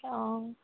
অঁ